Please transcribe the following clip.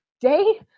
day